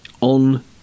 on